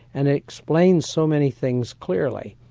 and it explains so many things clearly,